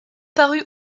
paru